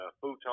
futon